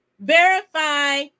verify